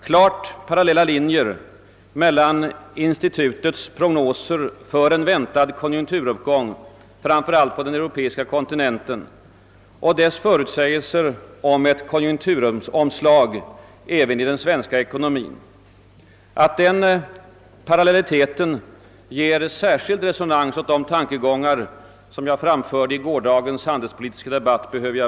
Klart parallella linjer löper mellan institutets prognoser för en väntad konjunkturuppgång, framför allt på den europeiska kontinenten, och dess förutsägelser om ett konjunkturomslag även i den svenska ekonomin. Jag behöver knappast framhålla att den parallelliteten ger särskild resonans åt de tankar jag framförde i gårdagens handelspolitiska debatt.